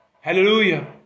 Hallelujah